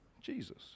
Jesus